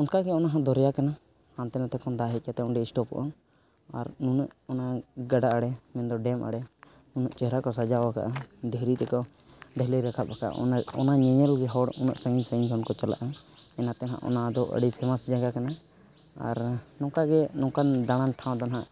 ᱚᱱᱠᱟᱜᱮ ᱚᱱᱟᱦᱚᱸ ᱫᱚᱨᱭᱟ ᱠᱟᱱᱟ ᱦᱟᱱᱛᱮ ᱱᱟᱛᱮ ᱠᱷᱚᱱ ᱫᱟᱜ ᱦᱮᱡ ᱠᱟᱛᱮ ᱚᱸᱰᱮ ᱥᱴᱚᱠᱚᱜᱼᱟ ᱟᱨ ᱱᱩᱱᱟᱹᱜ ᱚᱱᱟ ᱜᱟᱰᱟ ᱟᱲᱮ ᱢᱮᱱᱫᱚ ᱰᱮᱹᱢ ᱟᱲᱮ ᱩᱱᱟᱹᱜ ᱪᱮᱦᱮᱨᱟ ᱠᱚ ᱥᱟᱡᱟᱣ ᱟᱠᱟᱜᱼᱟ ᱫᱷᱤᱨᱤ ᱛᱮᱠᱚ ᱰᱷᱟᱹᱞᱟᱹᱭ ᱨᱟᱠᱟᱵ ᱟᱠᱟᱜᱼᱟ ᱚᱱᱟ ᱚᱱᱟ ᱧᱮᱧᱮᱞᱜᱮ ᱦᱚᱲ ᱩᱱᱟᱹᱜ ᱥᱟᱺᱜᱤᱧ ᱥᱟᱺᱜᱤᱧ ᱠᱷᱚᱱ ᱠᱚ ᱪᱟᱞᱟᱜᱼᱟ ᱚᱱᱟᱛᱮᱦᱚᱸ ᱚᱱᱟᱫᱚ ᱟᱹᱰᱤ ᱯᱷᱮᱢᱟᱥ ᱡᱟᱭᱜᱟ ᱠᱟᱱᱟ ᱟᱨ ᱱᱚᱝᱠᱟᱜᱮ ᱱᱚᱝᱠᱟᱱ ᱫᱟᱲᱟᱱ ᱴᱷᱟᱶ ᱫᱚ ᱱᱟᱜ